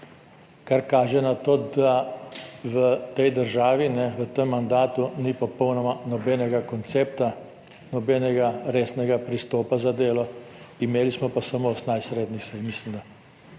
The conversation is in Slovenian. kar kaže na to, da v tej državi v tem mandatu ni popolnoma nobenega koncepta, nobenega resnega pristopa za delo. Imeli smo pa samo 18 rednih sej Mislim da.